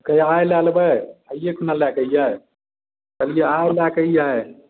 कहिया आइ लए लेबै आइऐ खुना लए कऽ अइयै कहलियै आइ लए कऽ अइयै